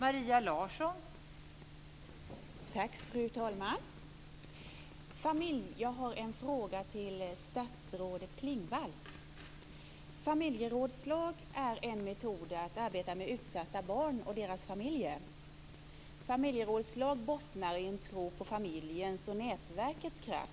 Fru talman! Jag har en fråga till statsrådet Klingvall. Familjerådslag är en metod att arbeta med utsatta barn och deras familjer. Familjerådslag bottnar i en tro på familjens och nätverkets kraft.